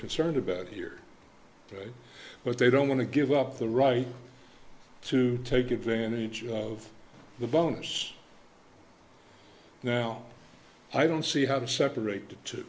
concerned about here but they don't want to give up the right to take advantage of the bonus now i don't see how to separate the two